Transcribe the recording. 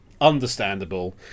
understandable